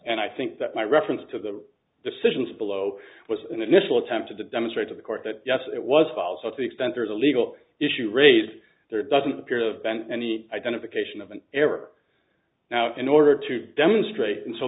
and i think that my reference to the decisions below was an initial attempt to demonstrate to the court that yes it was also to the extent there is a legal issue raised there doesn't appear to have been any identification of an error now in order to demonstrate